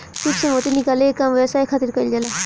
सीप से मोती निकाले के काम व्यवसाय खातिर कईल जाला